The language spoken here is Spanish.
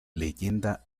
leyenda